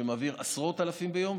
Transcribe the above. שמעביר עשרות אלפים ביום,